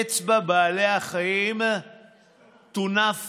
אצבע בעלי החיים תונף